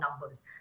numbers